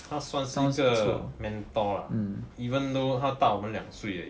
她算是一个 mentor lah even though 他大我们两岁而已